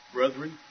Brethren